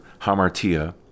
hamartia